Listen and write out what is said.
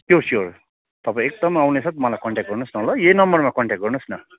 sure sure तपाईँ एकदम आउने साथ मलाई कन्ट्याक्ट गर्नुहोस् न ल यही नम्बरमा कन्ट्याक्ट गर्नुहोस् न